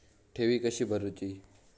ठेवी कशी भरूची?